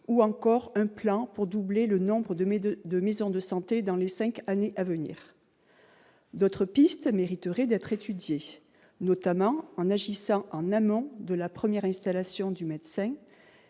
ou encore un plan pour doubler le nombre de maisons de santé dans les cinq années à venir. D'autres pistes mériteraient d'être étudiées, notamment en agissant en amont de la première installation du médecin,